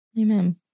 Amen